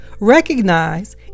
recognize